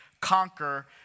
conquer